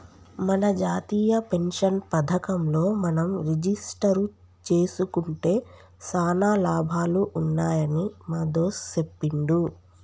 మన జాతీయ పెన్షన్ పథకంలో మనం రిజిస్టరు జేసుకుంటే సానా లాభాలు ఉన్నాయని మా దోస్త్ సెప్పిండు